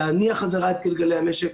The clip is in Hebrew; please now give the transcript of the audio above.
להניע חזרה את גלגלי המשק.